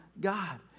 God